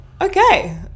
Okay